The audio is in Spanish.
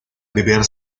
beber